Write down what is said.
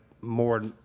more